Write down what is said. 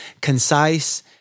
concise